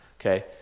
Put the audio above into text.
okay